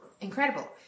incredible